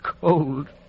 cold